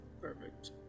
Perfect